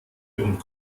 und